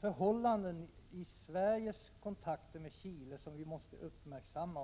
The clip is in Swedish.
förhållanden i Sveriges kontakter med Chile som vi måste uppmärksamma.